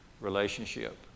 relationship